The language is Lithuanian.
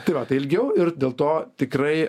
tai va tai ilgiau ir dėl to tikrai